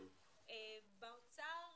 באוצר